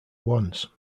once